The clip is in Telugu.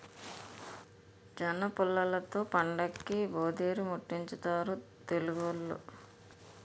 జనపుల్లలతో పండక్కి భోధీరిముట్టించుతారు తెలుగోళ్లు